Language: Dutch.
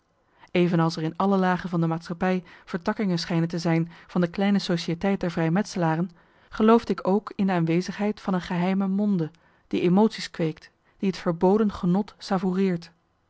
evenals er in alle lagen van de maatschappij vertakkingen schijnen te zijn van de kleine sociëteit der vrijmetselaren geloofde ik ook in de aanwezigheid van een geheime monde die emotie's kweekt die het verboden genot savoureert